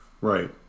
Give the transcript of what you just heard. Right